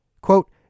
Quote